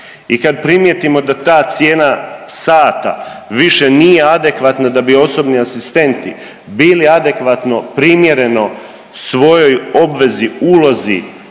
I kad primijetimo da ta cijena sata više nije adekvatna da bi osobni asistenti bili adekvatno, primjereno svojoj obvezi, ulozi